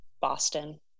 Boston